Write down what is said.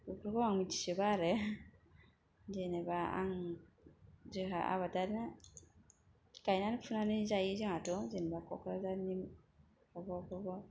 बेफोरखौ आं मिथिजोबा आरो जेनेबा आं जोंहा आबादारि गायनानै फुनानै जायो जोंहाथ' जेनेबा क'क्राझारनि बहाबा बहाबा